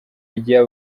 rya